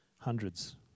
Hundreds